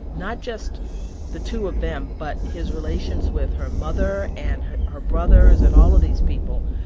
not just the two of them but his relations with her mother and her brothers and all of these people,